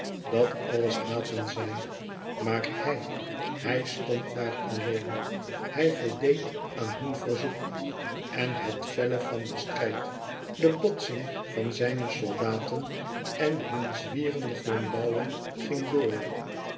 dat alles haatten zij maar hij hij stond daar alleen hij voldeed aan hun verzoek en het felle van den strijd de botsing van zijne soldaten en hun zwierende flambouwen ging door